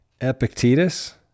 Epictetus